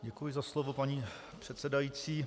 Děkuji za slovo paní předsedající.